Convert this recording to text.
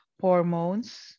hormones